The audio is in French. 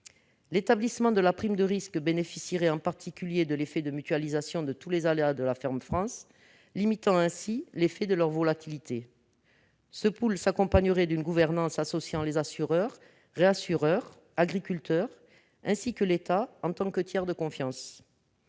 L'établissement de la prime de risque bénéficierait en particulier du résultat de la mutualisation de tous les aléas de la ferme France, limitant ainsi l'effet de leur volatilité. Ce pool s'accompagnerait d'une gouvernance associant les assureurs, les réassureurs, les agriculteurs ainsi que l'État en tant que tiers de confiance.